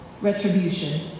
retribution